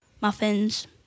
muffins